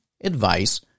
advice